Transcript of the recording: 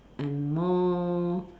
and more